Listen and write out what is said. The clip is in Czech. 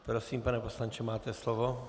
Prosím, pane poslanče, máte slovo.